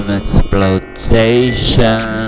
exploitation